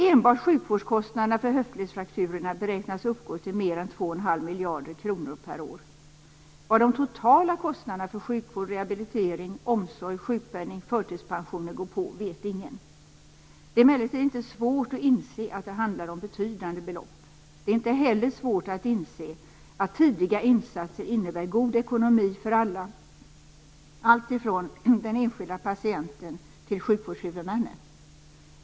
Enbart sjukvårdskostnaderna för höftledsfrakturerna beräknas uppgå till mer än 2,5 miljarder kronor per år. Vad de totala kostnaderna för sjukvård, rehabilitering, omsorg, sjukpenning och förtidspensioner går på vet ingen. Det är emellertid inte svårt att inse att det handlar om betydande belopp. Det är inte heller svårt att inse att tidiga insatser innebär god ekonomi för alla, alltifrån den enskilda patienten till sjukvårdshuvudmännen.